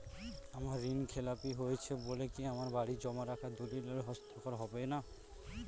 আমার ঋণ খেলাপি হয়েছে বলে কি আমার বাড়ির জমা রাখা দলিল আর হস্তান্তর করা হবে না?